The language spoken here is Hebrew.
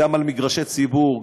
גם על מגרשי ציבור,